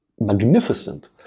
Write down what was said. magnificent